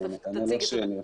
אני נתנאל אושרי,